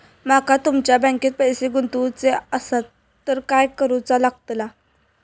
माका तुमच्या बँकेत पैसे गुंतवूचे आसत तर काय कारुचा लगतला?